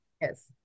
Yes